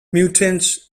mutants